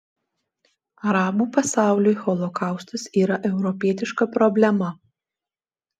arabų pasauliui holokaustas yra europietiška problema